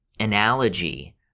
analogy